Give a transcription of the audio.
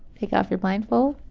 take off your blindfold.